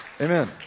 Amen